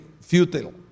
futile